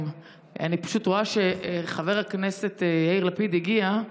אני פשוט רואה שחבר הכנסת יאיר לפיד הגיע,